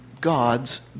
God's